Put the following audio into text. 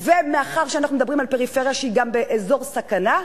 ומאחר שאנחנו מדברים על פריפריה שהיא גם באזור סכנה,